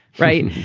right.